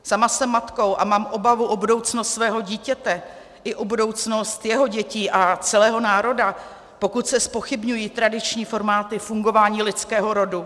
Sama jsem matkou a mám obavu o budoucnost svého dítěte i o budoucnost jeho dětí a celého národa, pokud se zpochybňují tradiční formáty fungování lidského rodu.